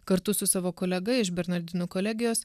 kartu su savo kolega iš bernardinų kolegijos